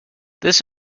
this